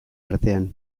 artean